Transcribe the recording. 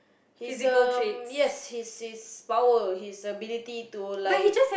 his um yes his his power his ability to like